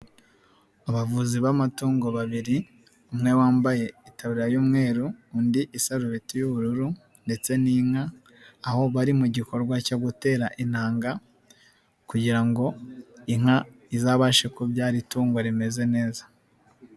Abavuzi b'amatungo babiri, umwe wambaye itaburiya y'umweru undi wambayew itaburiya y'ubururu ndetse n'inka, aho bari mu gikorwa cyo gutera intanga kugira ngo ngo inka izabashe kubyara itungo rimeze neza.